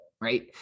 right